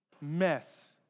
mess